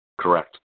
Correct